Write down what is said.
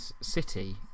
city